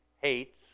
hates